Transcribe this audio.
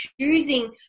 choosing